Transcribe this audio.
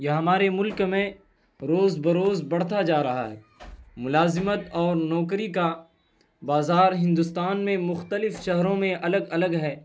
یہ ہمارے ملک میں روز بروز بڑھتا جا رہا ہے ملازمت اور نوکری کا بازار ہندوستان میں مختلف شہروں میں الگ الگ ہے